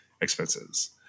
expenses